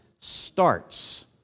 starts